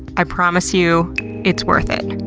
i promise you it's worth it.